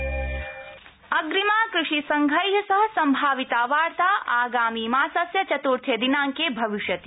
कृषि वार्ता अग्रिमा कृषिसंघै सह संभाविता वार्ता आगामी मासस्य चत्थे दिनांके भविष्यति